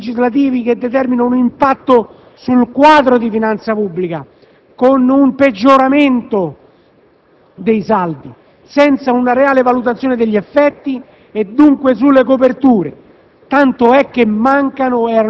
ma anche ad interventi legislativi che determinano un impatto sul quadro di finanza pubblica, con un peggioramento dei saldi e senza una reale valutazione degli effetti e dunque delle coperture.